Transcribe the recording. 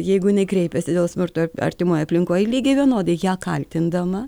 jeigu jinai kreipiasi dėl smurto artimoj aplinkoj lygiai vienodai ją kaltindama